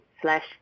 slash